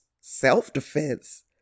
self-defense